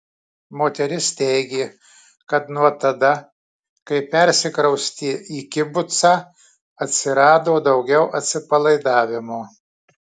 moteris teigė kad nuo tada kai persikraustė į kibucą atsirado daugiau atsipalaidavimo